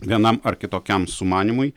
vienam ar kitokiam sumanymui